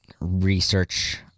research